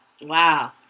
Wow